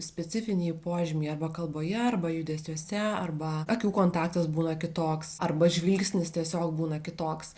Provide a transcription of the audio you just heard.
specifiniai požymiai arba kalboje arba judesiuose arba akių kontaktas būna kitoks arba žvilgsnis tiesiog būna kitoks